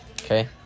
Okay